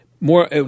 more